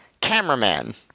cameraman